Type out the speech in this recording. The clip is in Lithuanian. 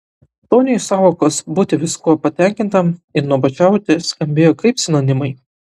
toniui sąvokos būti viskuo patenkintam ir nuobodžiauti skambėjo kaip sinonimai